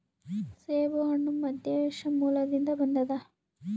ಸೇಬುಹಣ್ಣು ಮಧ್ಯಏಷ್ಯಾ ಮೂಲದಿಂದ ಬಂದದ